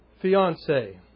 fiance